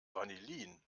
vanillin